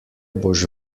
boš